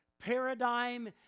paradigm